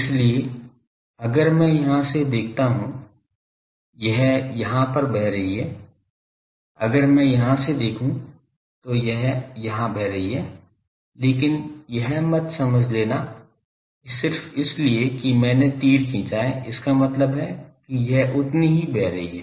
इसलिए अगर मैं यहां से देखता हूं यह यहां बह रही है अगर मैं यहां से देखूं तो यह यहां बह रही है लेकिन यह मत समझ लेना कि सिर्फ इसलिए कि मैंने तीर खींचा है इसका मतलब है कि यह उतनी ही बह रही है